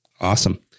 Awesome